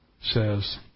says